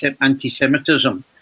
anti-Semitism